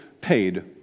paid